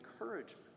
encouragement